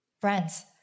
Friends